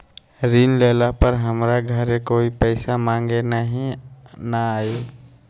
ऋण लेला पर हमरा घरे कोई पैसा मांगे नहीं न आई?